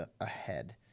ahead